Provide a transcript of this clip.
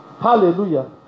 Hallelujah